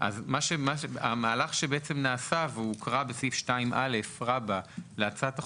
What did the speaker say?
המהלך שנעשה והוקרא בסעיף 2א להצעת החוק,